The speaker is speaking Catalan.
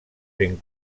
ben